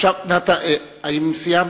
האם סיימת?